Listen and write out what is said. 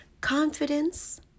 Confidence